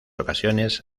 ocasiones